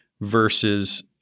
versus